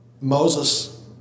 Moses